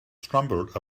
stumbled